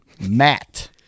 Matt